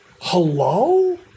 Hello